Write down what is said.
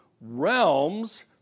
realms